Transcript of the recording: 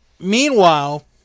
Meanwhile